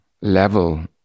level